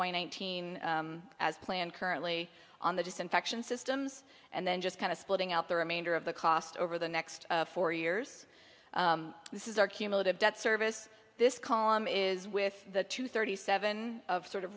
y nineteen as planned currently on the disinfection systems and then just kind of splitting out the remainder of the cost over the next four years this is our cumulative debt service this column is with the two thirty seven sort of